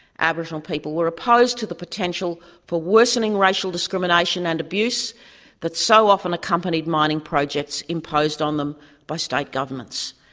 aboriginal people were opposed to the potential for worsening racial discrimination and abuse that so often accompanied mining projects imposed on them by state governments.